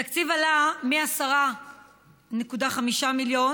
התקציב עלה מ-10.5 מיליון